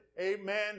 Amen